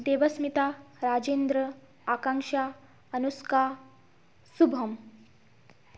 Debasmita Rajendra Akanksha Anushka Shubham